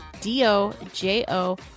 d-o-j-o